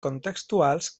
contextuals